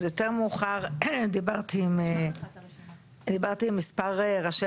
אז יותר מאוחר דיברתי עם מספר ראשי